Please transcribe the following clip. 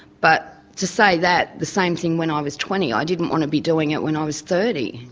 but to say that, the same thing when ah i was twenty, i didn't want to be doing it when i was thirty,